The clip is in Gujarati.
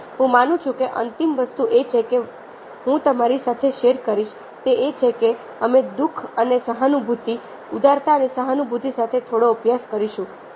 તેથી હું માનું છું કે અંતિમ વસ્તુ એ છે જે હું તમારી સાથે શેર કરીશ તે એ છે કે અમે દુઃખ અને સહાનુભૂતિ ઉદારતા અને સહાનુભૂતિ સાથે થોડો અભ્યાસ કરીશું